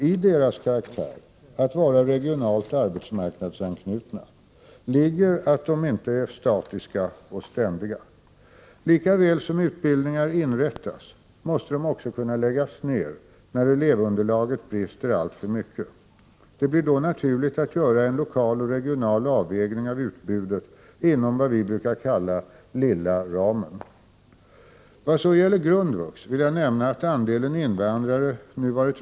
I deras karaktär — att vara regionalt arbetsmarknadsanknutna — ligger att de inte är statiska och ständiga. Lika väl som utbildningar inrättas måste de också kunna läggas ned, när elevunderlaget brister alltför mycket. Det blir då naturligt att göra en lokal och regional avvägning av utbudet inom vad vi brukar kalla ”lilla ramen”. Vad så gäller grundvux vill jag nämna att andelen invandrare nu varit — Prot.